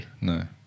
no